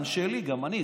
גם אני,